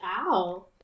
ow